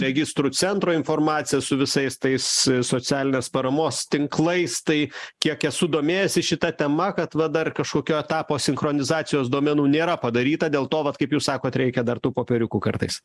registrų centro informacija su visais tais socialinės paramos tinklais tai kiek esu domėjęsis šita tema kad va dar kažkokio etapo sinchronizacijos duomenų nėra padaryta dėl to vat kaip jūs sakot reikia dar tų popieriukų kartais